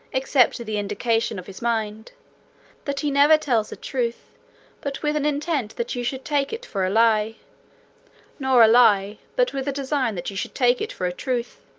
except to the indication of his mind that he never tells a truth but with an intent that you should take it for a lie nor a lie, but with a design that you should take it for a truth